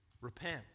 Repent